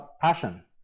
passion